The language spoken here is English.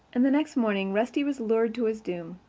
and the next morning rusty was lured to his doom.